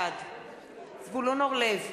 בעד זבולון אורלב,